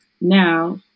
now